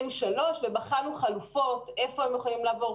M3 ובחנו חלופות של היכן הם יכולים לעבור.